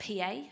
PA